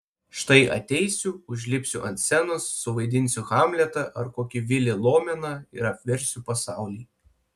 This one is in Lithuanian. štai ateisiu užlipsiu ant scenos suvaidinsiu hamletą ar kokį vilį lomeną ir apversiu pasaulį